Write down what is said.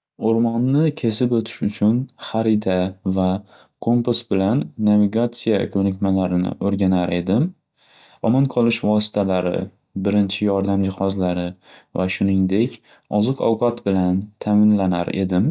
O'rmonni kesib o'tish uchun xarita va kompas bilan navigatsiya ko'nikmalarini o'rganar edim. Omon qolish vositalari, birinchi yordam jihozlari va shuningdek oziq-ovqat bilan ta'minlanar edim.